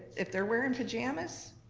if they're wearing pajamas,